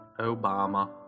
Obama